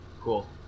Cool